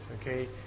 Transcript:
okay